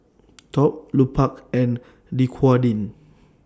Top Lupark and Dequadin